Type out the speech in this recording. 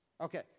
Okay